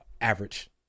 average